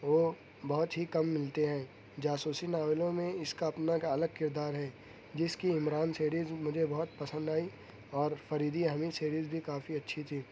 وہ بہت ہی کم ملتے ہیں جاسوسی ناولوں میں اس کا اپنا ایک الگ کردار ہے جس کی عمران سیریز مجھے بہت پسند آئی اور فریدی حمید سیریز بھی کافی اچھی تھی